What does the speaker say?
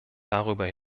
darüber